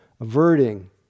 averting